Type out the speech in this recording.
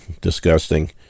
disgusting